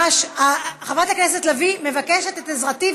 חברת הכנסת לביא מבקשת את עזרתי,